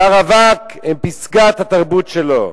ו"הרווק" הן פסגת התרבות שלו?